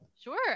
Sure